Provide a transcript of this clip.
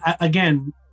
again